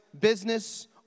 business